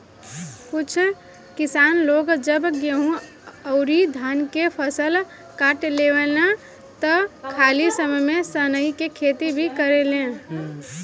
कुछ किसान लोग जब गेंहू अउरी धान के फसल काट लेवेलन त खाली समय में सनइ के खेती भी करेलेन